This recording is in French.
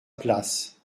place